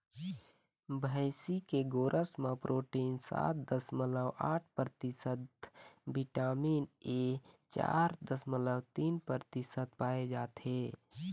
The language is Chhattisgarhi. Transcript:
भइसी के गोरस म प्रोटीन सात दसमलव आठ परतिसत, बिटामिन ए चार दसमलव तीन परतिसत पाए जाथे